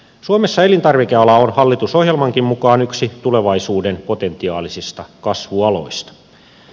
suomessa elintarvikeala on hallitusohjelmankin mukaan yksi tulevaisuuden potentiaalisista kasvualoista